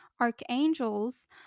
Archangels